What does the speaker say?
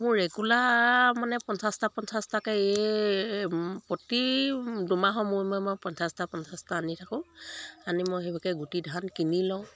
মোৰ ৰেগুলাৰ মানে পঞ্চাছটা পঞ্চাছটাকৈ এই প্ৰতি দুমাহ মূৰে মূৰে মই পঞ্চাছটা পঞ্চাছটা আনি থাকোঁ আনি মই সেইভাগে গুটি ধান কিনি লওঁ